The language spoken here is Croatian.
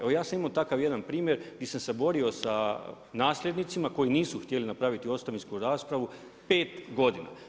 Evo ja sam imao takav jedan primjer, gdje sam se borio sa nasljednicima koji nisu htjeli napraviti ostavinsku raspravu 5 godina.